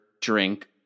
drink